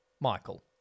Michael